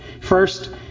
First